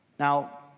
Now